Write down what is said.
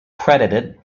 credited